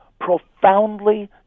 profoundly